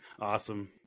Awesome